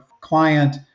client